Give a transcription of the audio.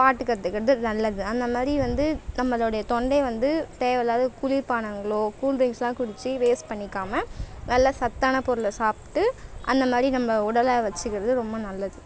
பாட்டு கற்றுக்கறது நல்லது அந்த மாதிரி வந்து நம்மளுடைய தொண்டை வந்து தேவைல்லாத குளிர் பானங்களோ கூல் ட்ரிங்க்ஸ்லாம் குடிச்சு வேஸ்ட் பண்ணிக்காம நல்லா சத்தான பொருளை சாப்பிட்டு அந்த மாதிரி நம்ம உடலை வச்சிக்கிறது ரொம்ப நல்லது